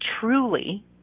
truly